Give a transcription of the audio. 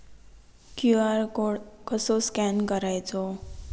QR code कसो scan करायचो?